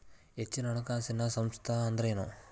ಹೆಚ್ಚಿನ ಹಣಕಾಸಿನ ಸಂಸ್ಥಾ ಅಂದ್ರೇನು?